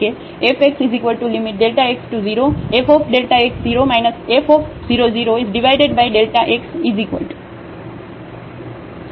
fxx→0fx0 f00x તેથી હવે આપણે મૂળમાં fની કન્ટિન્યુટી ચકાસીશું